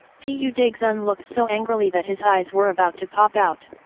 pu daxun looked so angrily that his eyes were about to pop out.